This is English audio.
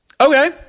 Okay